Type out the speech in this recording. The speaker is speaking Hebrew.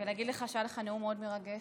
ולהגיד לך שהיה לך נאום מאוד מרגש.